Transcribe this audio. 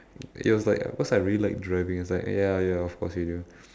he was like cause I really like driving I was like ya ya of course you do